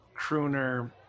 crooner